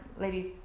ladies